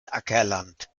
ackerland